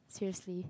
seriously